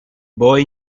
boy